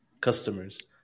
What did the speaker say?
customers